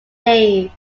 days